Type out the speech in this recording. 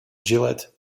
gillette